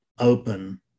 open